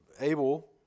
able